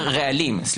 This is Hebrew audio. רעלים.